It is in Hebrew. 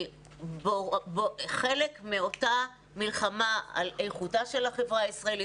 אני חלק מאותה מלחמה על איכותה של החברה הישראלית,